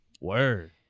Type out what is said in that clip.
Word